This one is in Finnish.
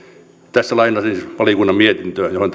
tässä lainaan siis valiokunnan mietintöä johon